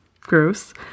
gross